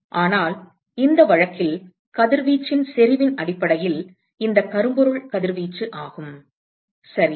ஆனால் இந்த வழக்கில் கதிர்வீச்சின் செறிவின் அடிப்படையில் இந்த கரும்பொருள் கதிர்வீச்சு ஆகும் சரி